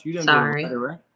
Sorry